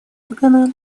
органа